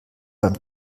beim